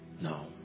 No